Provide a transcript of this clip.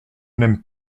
n’aime